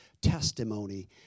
testimony